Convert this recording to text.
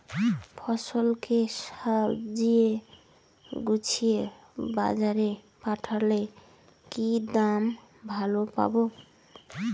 ফসল কে সাজিয়ে গুছিয়ে বাজারে পাঠালে কি দাম ভালো পাব?